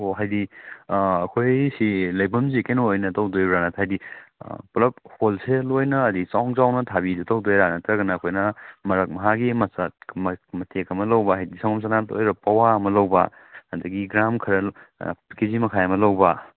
ꯑꯣ ꯍꯥꯏꯗꯤ ꯑꯩꯈꯣꯏꯁꯤ ꯂꯩꯐꯝꯁꯤ ꯀꯩꯅꯣ ꯑꯣꯏꯅ ꯇꯧꯗꯣꯔꯤꯕ꯭ꯔꯥ ꯍꯥꯏꯗꯤ ꯄꯨꯂꯞ ꯍꯣꯜꯁꯦꯜ ꯑꯩꯏꯅ ꯍꯥꯏꯗꯤ ꯆꯥꯎ ꯆꯥꯎꯅ ꯊꯥꯕꯤꯗꯨ ꯇꯧꯗꯣꯏꯔꯥ ꯅꯠꯇ꯭ꯔꯒꯅ ꯑꯩꯈꯣꯏꯅ ꯃꯔꯛ ꯃꯍꯥꯒꯤ ꯃꯇꯦꯛ ꯑꯃ ꯂꯧꯕ ꯍꯥꯏꯗꯤ ꯁꯪꯒꯣꯝ ꯁꯥꯅꯥꯗ ꯑꯣꯏꯔꯣ ꯄꯋꯥ ꯑꯃ ꯂꯧꯕ ꯑꯗꯒꯤ ꯒ꯭ꯔꯥꯝ ꯈꯔ ꯀꯦꯖꯤ ꯃꯈꯥꯏ ꯑꯃ ꯂꯧꯕ